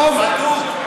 בדוק.